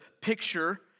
picture